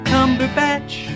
Cumberbatch